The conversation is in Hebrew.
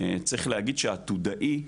צריך להגיד שעתודאי,